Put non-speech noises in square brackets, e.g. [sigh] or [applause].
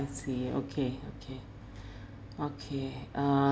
see okay okay [breath] okay uh